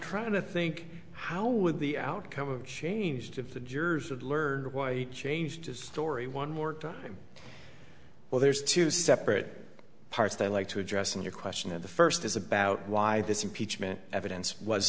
trying to think how would the outcome of changed if the jurors had learned why he changed his story one more time well there's two separate parts they like to address in your question of the first is about why this impeachment evidence was